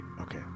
Okay